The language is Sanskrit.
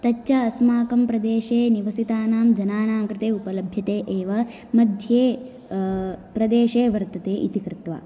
तच्च अस्माकं प्रदेशे निवसितानां जनानां कृते उपलभ्यते एव मध्ये प्रदेशे वर्तते इति कृत्वा